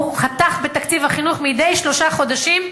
הוא חתך בתקציב החינוך מדי שלושה חודשים,